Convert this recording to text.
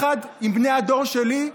ויחד עם בני הדור שלי,